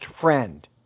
friend